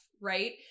right